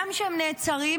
גם כשהם נעצרים,